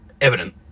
evident